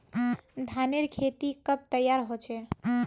धानेर खेती कब तैयार होचे?